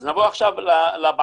אז נעבור עכשיו לפערים.